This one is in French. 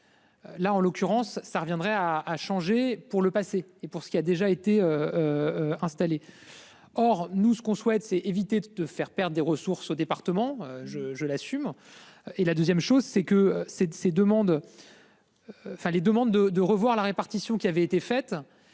Là en l'occurrence ça reviendrait à à changer pour le passé et pour ce qu'il a déjà été. Installé. Or nous ce qu'on souhaite c'est éviter de faire perdre des ressources au département je je l'assume. Et la 2ème chose c'est que ces ces demandes. Enfin les demandes de, de revoir la répartition qui avait été fait